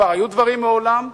כבר היו דברים מעולם.